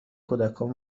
کودکان